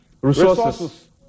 resources